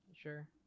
sure